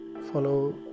follow